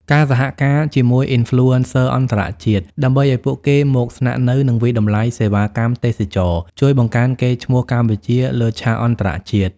ការសហការជាមួយ Influencer អន្តរជាតិ ដើម្បីឱ្យពួកគេមកស្នាក់នៅ និងវាយតម្លៃសេវាកម្មទេសចរណ៍ ជួយបង្កើនកេរ្តិ៍ឈ្មោះកម្ពុជាលើឆាកអន្តរជាតិ។